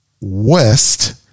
west